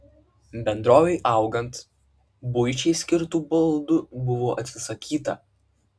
bendrovei augant buičiai skirtų baldų buvo atsisakyta